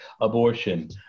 abortion